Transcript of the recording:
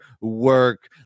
work